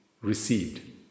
received